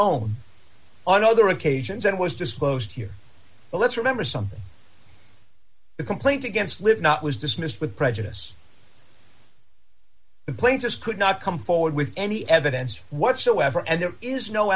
own on other occasions and was disclosed here let's remember something the complaint against live not was dismissed with prejudice planes this could not come forward with any evidence whatsoever and there is no